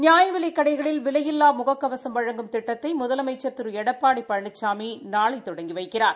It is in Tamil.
நியாயவிலைக் கடைகளில் விலையில்வா முக கவசம் வழங்கும் திட்டத்தை முதலமைச்சா் திரு எடப்பாடி பழனிசாமி நாளை தொடங்கி வைக்கிறார்